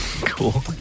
cool